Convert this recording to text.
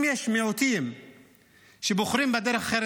אם יש מיעוטים שבוחרים בדרך אחרת,